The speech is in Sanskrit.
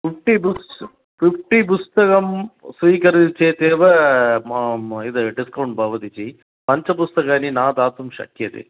फ़िफ़्टि बुक्स् फ़िफ़्टि पुस्तकं स्वीकरोति चेदेव इदं डिस्कौण्ट् भवति जि पञ्चपुस्तकानि ना दातुं शक्यते